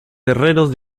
guerreros